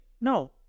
no